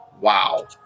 wow